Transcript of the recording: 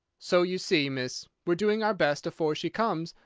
so you see, miss, we're doing our best, afore she comes,